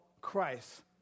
Christ